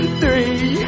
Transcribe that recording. three